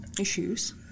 issues